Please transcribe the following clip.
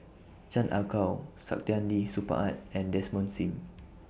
Chan Ah Kow Saktiandi Supaat and Desmond SIM